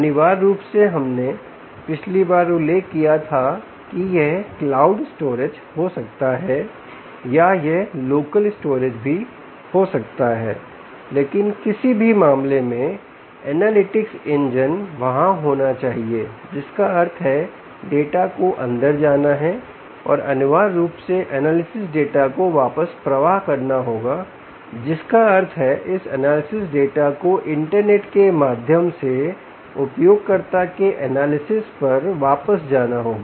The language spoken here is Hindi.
अनिवार्य रूप से हमने पिछली बार उल्लेख किया था कि यह क्लाउड स्टोरेज हो सकता है या यह लोकल स्टोरेज भी हो सकता है लेकिन किसी भी मामले में एनालिटिक्स इंजन वहाँ होना चाहिए जिसका अर्थ है कि डाटा को अंदर जाना है और अनिवार्य रूप से एनालिसिस डाटा को वापस प्रवाह करना होगा जिसका अर्थ है इस एनालिसिस डाटा को इंटरनेट के माध्यम से उपयोगकर्ता के एनालिसिस पर वापस जाना होगा